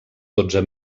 dotze